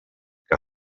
que